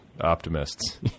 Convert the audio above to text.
optimists